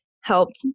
helped